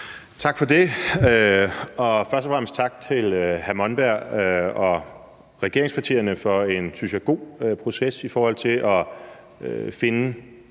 Tak for det. Og først og fremmest tak til hr. Thomas Monberg og regeringspartierne for en, synes jeg, god proces i forhold til at finde